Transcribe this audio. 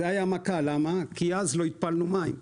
זאת היה מכה, כי אז לא התפלנו מים.